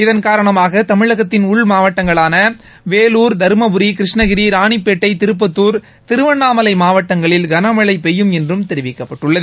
இதன் காரணமாக தமிழகத்தின் உள் மாவட்டங்களான வேலூர் தருமபுரி கிருஷ்ணகிரி ராணிப்பேட்டட திருப்பத்துர் திருவண்ணாமலை மாவட்டங்களில் கனமழை பெய்யும் என்று தெரிவிக்கப்பட்டுள்ளது